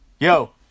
Yo